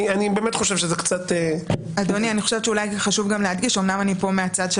חשוב להדגיש - אמנם אני פה מהצד של